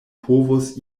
povus